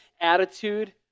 attitude